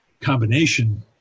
combination